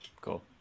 Cool